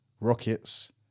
Rockets